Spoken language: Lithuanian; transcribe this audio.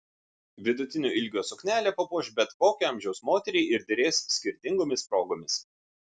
vidutinio ilgio suknelė papuoš bet kokio amžiaus moterį ir derės skirtingomis progomis